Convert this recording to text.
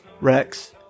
Rex